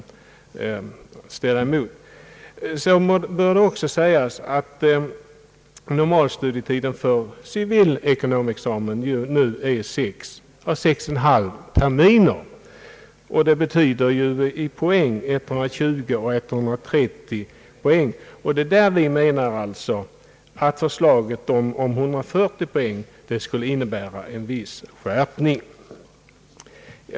Normalstudietiden för civilekonomexamen är nu sex å sex och en halv terminer, vilket betyder 120 respektive 130 poäng. Med utgångspunkt därifrån anser vi att förslaget om 140 poäng skulle innebära en vwiss skärpning.